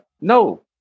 No